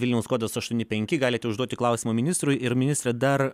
vilniaus kodas aštuoni penki galite užduoti klausimą ministrui ir ministre dar